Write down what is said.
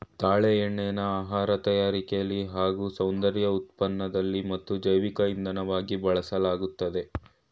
ತಾಳೆ ಎಣ್ಣೆನ ಆಹಾರ ತಯಾರಿಕೆಲಿ ಹಾಗೂ ಸೌಂದರ್ಯ ಉತ್ಪನ್ನದಲ್ಲಿ ಮತ್ತು ಜೈವಿಕ ಇಂಧನವಾಗಿ ಬಳಸಲಾಗ್ತದೆ